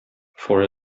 for